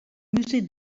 musée